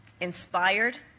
inspired